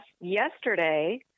yesterday